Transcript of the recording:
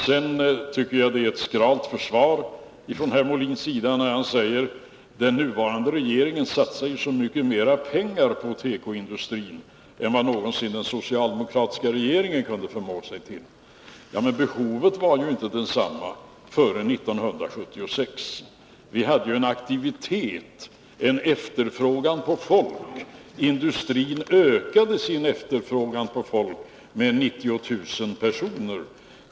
Vidare tycker jag det är ett skralt försvar från Björn Molin när han säger att den nuvarande regeringen satsar så mycket mer pengar på tekoindustrin än vad någonsin den socialdemokratiska regeringen kunde förmå sig till. Men behovet var ju inte detsamma före 1976. Då var det en helt annan aktivitet, där industrin ökade sin efterfrågan på folk med 90 000 personer.